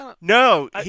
No